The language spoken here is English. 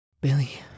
Billy